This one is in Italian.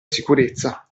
sicurezza